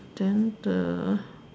then the